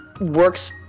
works